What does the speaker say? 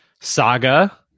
saga